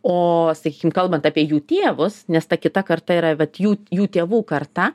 o sakykim kalbant apie jų tėvus nes ta kita karta yra vat jų jų tėvų karta